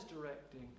directing